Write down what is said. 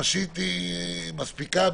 ממשית מספיקה.